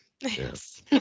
yes